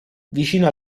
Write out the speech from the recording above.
vicino